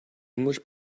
english